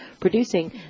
producing